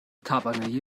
توانایی